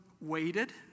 waited